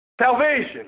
Salvation